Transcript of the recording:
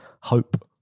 hope